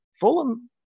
Fulham